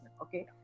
Okay